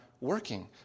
working